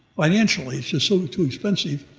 financially it's just so too expensive,